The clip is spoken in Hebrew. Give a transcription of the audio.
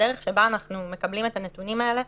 הדרך שבה אנחנו מקבלים את הנתונים האלה,